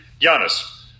Giannis